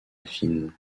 affine